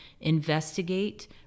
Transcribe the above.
investigate